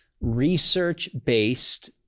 research-based